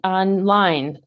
online